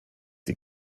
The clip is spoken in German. sie